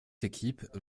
équipes